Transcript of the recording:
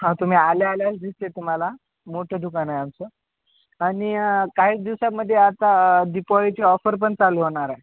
हा तुम्ही आल्या आल्याच दिसते तुम्हाला मोठं दुकान आहे आमचं आणि काहीच दिवसामध्ये आता दीपावलीची ऑफरपण चालू होणार आहे